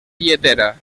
lletera